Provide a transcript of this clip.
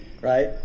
Right